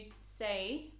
say